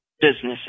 businesses